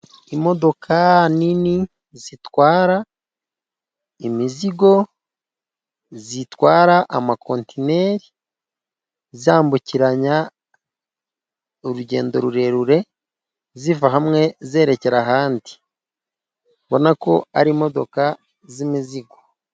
Imodoka nini zitwara imizigo zitwara amakontineri, zambukiranya urugendo rurerure ziva hamwe zerekera ahandi. Urabona ko ari imodoka z'imizigo.